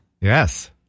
Yes